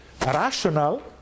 rational